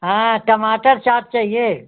हाँ टमाटर चाट चाहिए